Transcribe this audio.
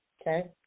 okay